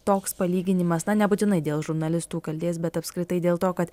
toks palyginimas na nebūtinai dėl žurnalistų kaltės bet apskritai dėl to kad